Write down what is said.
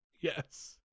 Yes